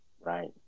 Right